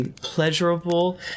pleasurable